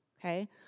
okay